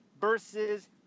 versus